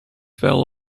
fell